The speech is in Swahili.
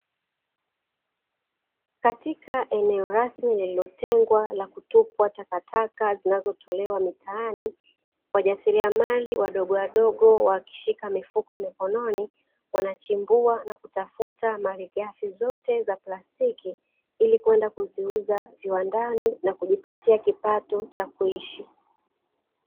Katika eneo rasmi lililotengwa la kutupwa takataka zinazotolewa mitaani, wajasiriamali wadogowadogo wakishika mifuko mikononi, wanachimbua na kutafuta malighafi zote za plastiki ili kwenda kuziuza viwandani na kujipatia kipato cha kuishi.